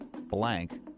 blank